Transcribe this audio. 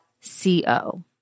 C-O